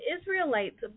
Israelites